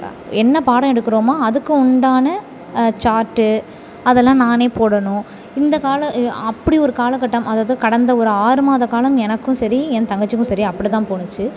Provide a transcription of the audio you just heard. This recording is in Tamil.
என்ன பாடம் எடுக்கிறமோ அதுக்கு உண்டான சார்ட்டு அதெல்லாம் நானே போடணும் இந்த கால அப்படி ஒரு காலகட்டம் அதாவது கடந்த ஒரு ஆறு மாத காலம் எனக்கும் சரி என் தங்கச்சிக்கும் சரி அப்படி தான் போச்சு